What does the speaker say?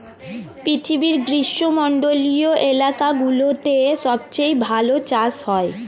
পৃথিবীর গ্রীষ্মমন্ডলীয় এলাকাগুলোতে সবচেয়ে ভালো চাষ হয়